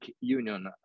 union